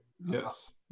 Yes